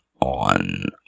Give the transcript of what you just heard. on